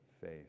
faith